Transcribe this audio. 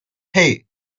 hey